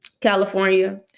California